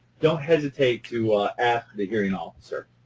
don't hesitate to ask the hearing officer.